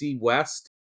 West